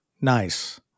Nice